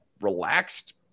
relaxed